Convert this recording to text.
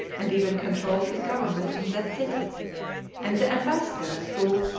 and even controlled his government in that city and the ambassadors, who,